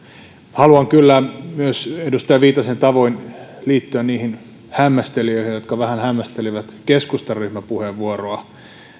haluan kyllä myös edustaja viitasen tavoin liittyä niihin hämmästelijöihin jotka vähän hämmästelivät keskustan ryhmäpuheenvuoroa